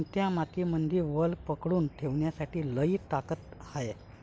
कोनत्या मातीमंदी वल पकडून ठेवण्याची लई ताकद हाये?